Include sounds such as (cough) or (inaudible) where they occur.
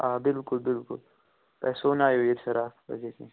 آ بِلکُل بِلکُل تۄہہِ سوٗنایو ییٚتہِ فِراک (unintelligible)